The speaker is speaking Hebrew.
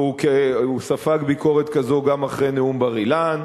והוא ספג ביקורת כזו גם אחרי נאום בר-אילן,